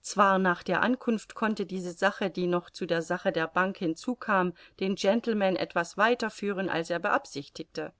zwar nach der ankunft konnte diese sache die noch zu der sache der bank hinzukam den gentleman etwas weiter führen als er beabsichtigte